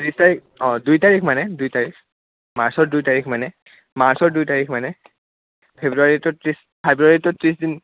তাৰিখ অঁ দুই তাৰিখ মানে দুই তাৰিখ মাৰ্চৰ দুই তাৰিখ মানে মাৰ্চৰ দুই তাৰিখ মানে ফেব্ৰুৱাৰীটো ত্ৰিছ ফেব্ৰুৱাৰীটো ত্ৰিছদিন